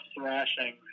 thrashing